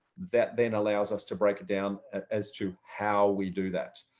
that then allows us to break it down as to how we do that.